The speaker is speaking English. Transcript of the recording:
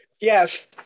Yes